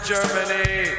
Germany